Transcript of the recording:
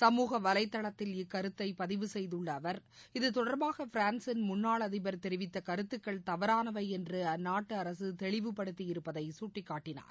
சமூக வலைதளத்தில் இக்கருத்தை பதிவு செய்துள்ள அவர் இது தொடர்பாக பிரான்சின் முன்னாள் அதிபர் தெரிவித்த கருத்துகள் தவறானவை என்று அந்நாட்டு அரசு தெளிவுபடுத்தியிருப்பதை சுட்டிக்காட்டினார்